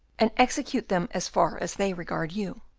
and execute them as far as they regard you.